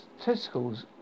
testicles